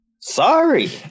Sorry